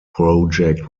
project